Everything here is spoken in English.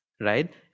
right